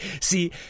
See